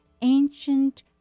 ancient